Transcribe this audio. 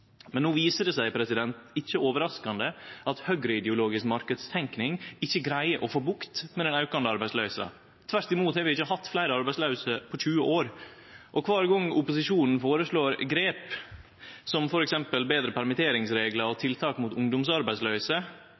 Men no viser det seg ikkje overraskande at høgreideologisk marknadstenking ikkje greier å få bukt med den aukande arbeidsløysa. Tvert imot har vi ikkje hatt fleire arbeidslause på 20 år. Kvar gong opposisjonen føreslår grep, som f.eks. betre permitteringsreglar og tiltak mot ungdomsarbeidsløyse,